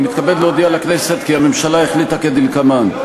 אני מתכבד להודיע לכנסת, כי הממשלה החליטה כדלקמן: